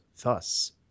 thus